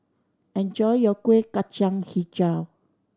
enjoy your Kueh Kacang Hijau